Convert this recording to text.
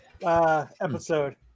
episode